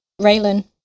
Raylan